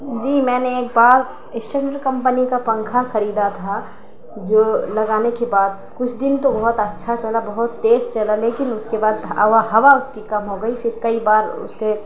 جی میں نے ایک بار ایشنٹ کمپنی کا پنکھا خریدا تھا جو لگانے کے بعد کچھ دن تو بہت اچھا چلا بہت تیز چلا لیکن اس کے بعد ہوا ہوا اس کی کم ہوگئی پھر کئی بار اس کے